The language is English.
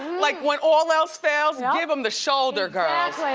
like when all else fails, yeah give em the shoulder, girls. like